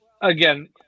again